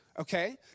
Okay